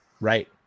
Right